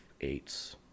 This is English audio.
eights